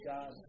God